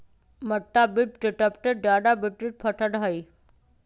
मक्का विश्व के सबसे ज्यादा वितरित फसल हई